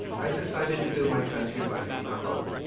i decided to do my country by being a ho,